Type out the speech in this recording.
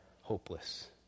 hopeless